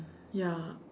ya